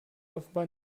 offenbar